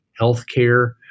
healthcare